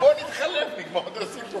בוא נתחלף, נגמור את הסיפור.